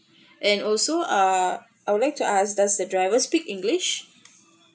and also uh I would like to ask does the driver speak english